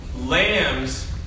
Lambs